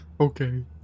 Okay